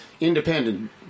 independent